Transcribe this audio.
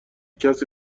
کسی